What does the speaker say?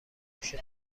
گوشه